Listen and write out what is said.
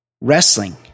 Wrestling